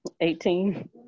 Eighteen